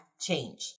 change